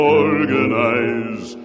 organize